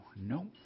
No